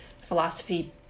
Philosophy